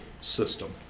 system